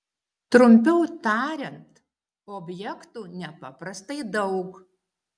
trumpiau tariant objektų nepaprastai daug